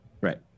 Right